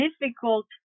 difficult